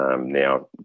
now